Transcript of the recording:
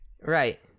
Right